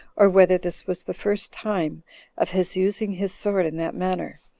or whether this was the first time of his using his sword in that manner,